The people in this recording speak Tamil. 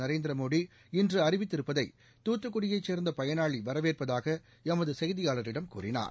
நரேந்திர மோடி இன்று அறிவித்திருப்பதை துத்துக்குடியைச் சேர்ந்த பயனாளி வரவேற்பதாக எமது செய்தியாளரிடம் கூறினார்